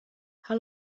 how